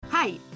Hi